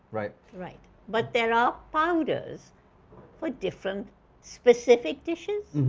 right? right. but there are powders for different specific dishes.